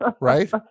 Right